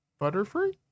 Butterfree